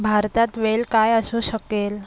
भारतात वेळ काय असू शकेल